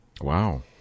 Wow